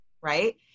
right